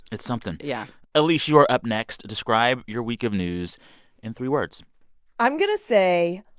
it's something yeah elise, you are up next. describe your week of news in three words i'm going to say,